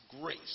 grace